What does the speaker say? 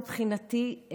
מבחינתי,